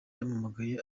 yampamagaye